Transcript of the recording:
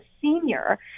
senior